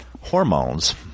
hormones